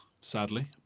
sadly